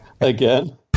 again